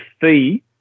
fee